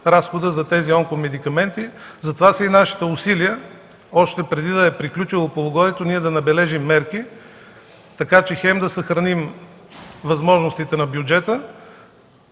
разхода за тези онкомедикаменти. Затова са и нашите усилия още преди да е приключило полугодието ние да набележим мерки, така че хем да съхраним възможностите на бюджета